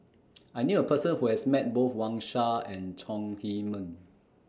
I knew A Person Who has Met Both Wang Sha and Chong Heman